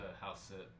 house-sit